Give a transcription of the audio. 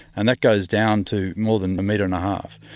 and that goes down to more than a metre and a half.